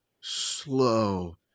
slow